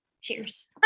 cheers